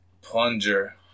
plunger